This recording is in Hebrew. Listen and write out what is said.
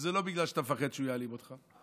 וזה לא בגלל שאתה מפחד שהוא יעליב אותך.